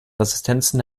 resistenzen